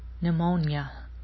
pneumonia